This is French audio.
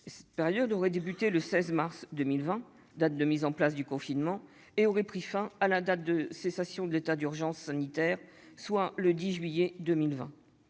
Cette période aurait débuté le 16 mars 2020, date de mise en place du confinement, et aurait pris fin à la date de cessation de l'état d'urgence sanitaire, soit le 10 juillet 2020.